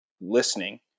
listening